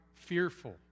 Fearful